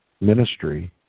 ministry